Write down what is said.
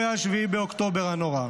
-- ערב אירועי 7 באוקטובר הנורא.